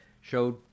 showed